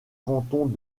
cantons